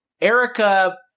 Erica